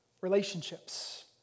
Relationships